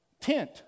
tent